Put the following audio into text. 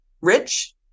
Rich